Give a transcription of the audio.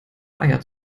eier